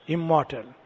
Immortal